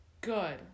Good